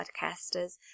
podcasters